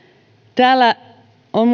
täällä on